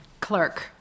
clerk